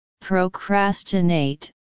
procrastinate